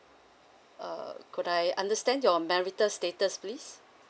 uh could I understand your marital status please